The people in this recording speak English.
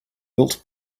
built